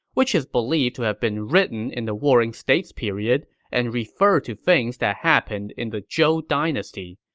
which is believed to have been written in the warring states period and referred to things that happened in the zhou dynasty,